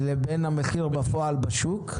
-- לבין המחיר בפועל בשוק,